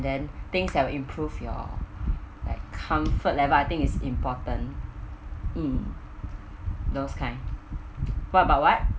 then things that'll improve your like comfort level I think is important mm those kind what about what